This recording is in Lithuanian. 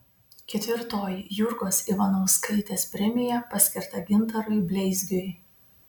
ketvirtoji jurgos ivanauskaitės premija paskirta gintarui bleizgiui